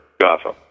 Gotham